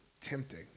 tempting